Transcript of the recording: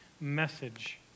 message